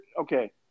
okay